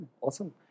Awesome